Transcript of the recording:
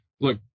look